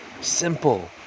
simple